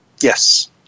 Yes